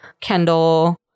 Kendall